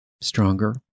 stronger